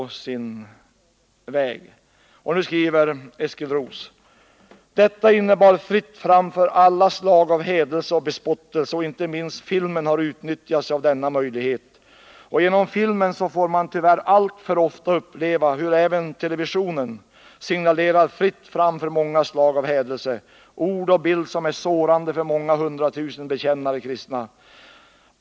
Eskil Roos skriver vidare: ”Detta innebar fritt fram för alla slag av hädelse och bespottelse och inte minst filmen har utnyttjat sig av denna möjlighet. Och genom filmen så får man tyvärr alltför ofta uppleva hur även TV signalerar fritt fram för många slag av hädelse, ord och bild som är sårande för många hundratusen bekännande kristna.